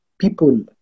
people